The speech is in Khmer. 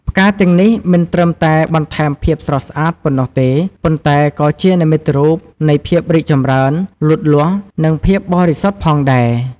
ផ្កាទាំងនេះមិនត្រឹមតែបន្ថែមភាពស្រស់ស្អាតប៉ុណ្ណោះទេ ប៉ុន្តែក៏ជានិមិត្តរូបនៃភាពរីកចម្រើន លូតលាស់ និងភាពបរិសុទ្ធផងដែរ។